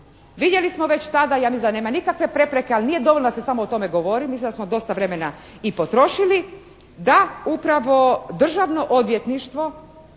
Vidjeli smo već tada, ja mislim da nema nikakve prepreke, ali nije dovoljno da se samo o tome govori. Mislim da smo dosta vremena i potrošili da upravo Državno odvjetništvo